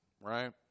right